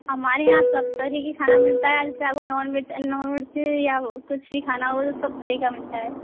हमारे यहाँ सब तरीके का खाना मिलता है चाहे वो नॉन वेज या नॉन वेज कुछ भी खाना हो सब सही का मिलता है